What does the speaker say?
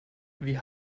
wir